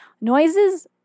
Noises